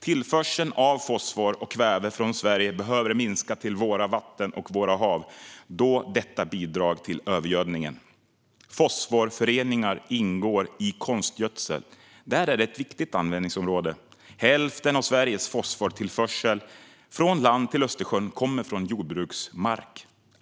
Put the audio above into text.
Tillförseln av fosfor och kväve från Sverige behöver minska till våra vatten och hav eftersom de bidrar till övergödningen. Fosforföreningar ingår i konstgödsel. Där är de ett viktigt användningsområde. Hälften av Sveriges fosfortillförsel från land till Östersjön kommer från jordbruksmark.